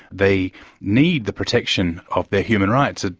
they need the protection of their human rights. ah